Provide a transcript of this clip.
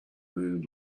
moon